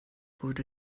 bod